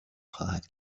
خواهد